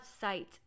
sight